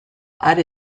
are